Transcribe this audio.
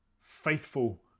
faithful